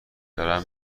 دارم